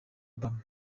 obama